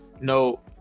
no